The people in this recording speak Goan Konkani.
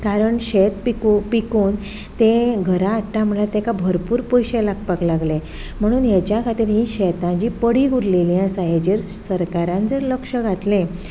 कारण शेत पिकोवन तें घरा हाडटा म्हणल्यार तेका भरपूर पयशे लागपाक लागले म्हणून हेच्या खातीर ही शेतां पडीक उरलेलीं आसा हेजेर सरकारान जर लक्ष घातलें